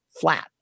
flat